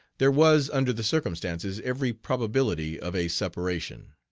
there was, under the circumstances, every probability of a separation.